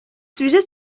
sujets